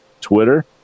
Twitter